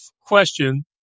question